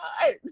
God